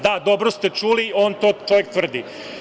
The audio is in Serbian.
Da, dobro ste čuli, on to čovek tvrdi.